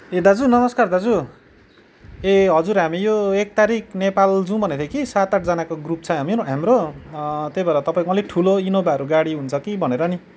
ए दाजु नमस्कार दाजु ए हजुर हामी यो एक तारिक नेपाल जाउँ भनेर कि सात आठजनाको ग्रुप छ हामी हाम्रो त्यही भएर तपाईँकोमा अलिक ठुलो इनोभाहरू गाडी हुन्छ कि भनेर नि